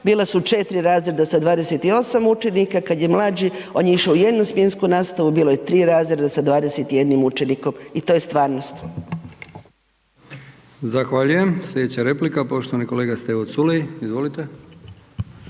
bila su četiri razreda sa 28 učenika, kad je mlađi, on je išao u jednosmjensku nastavu bilo je tri razreda sa 21 učenikom, i to je stvarnost. **Brkić, Milijan (HDZ)** Zahvaljujem. Sljedeća replika poštovani kolega Stevo Culej. Izvolite.